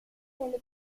nelle